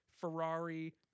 Ferrari